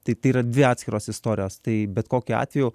tai tai yra dvi atskiros istorijos tai bet kokiu atveju